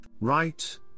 Right